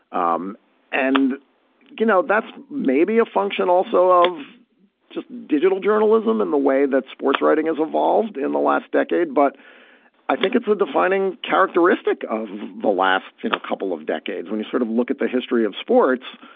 um and you know that's maybe a function also of just digital journalism in the way that sportswriting has evolved in the last decade. but i think it's a defining characteristic of the last you know couple of decades when you sort of look at the history of sports.